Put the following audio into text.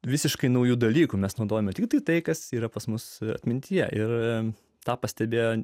visiškai naujų dalykų mes naudojame tiktai tai kas yra pas mus atmintyje ir tą pastebėjo